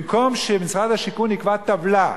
במקום שמשרד השיכון יקבע טבלה,